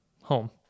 home